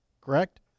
correct